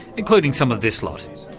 including some of this lot,